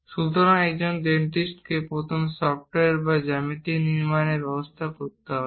সুতরাং একজন ডেন্টিস্টকে প্রথমে সফ্টওয়্যার বা জ্যামিতিক নির্মাণের ব্যবস্থা করতে হবে